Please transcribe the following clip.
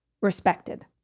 respected